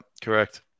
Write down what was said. Correct